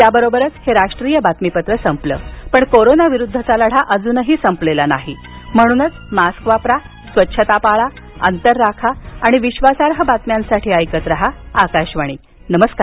याबरोबरच हे राष्ट्रीय बातमीपत्र संपलं पण कोरोनाविरुद्धचा लढा अजून संपलेला नाही म्हणूनच मास्क वापरा स्वच्छता पाळा अंतर राखा आणि विश्वासार्ह बातम्यांसाठी ऐकत रहा आकाशवाणी नमस्कार